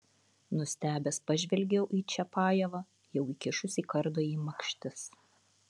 nustebęs pažvelgiau į čiapajevą jau įkišusį kardą į makštis